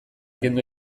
kendu